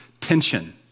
tension